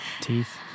teeth